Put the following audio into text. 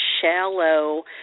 shallow